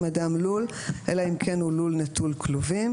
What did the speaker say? אדם לול אלא אם כן הוא לול נטול כלובים.